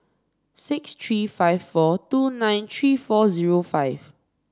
six three five four two nine three four zero five